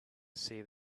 see